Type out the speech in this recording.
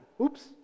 Oops